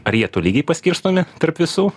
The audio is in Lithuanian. ar jie tolygiai paskirstomi tarp visų